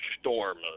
storm